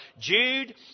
Jude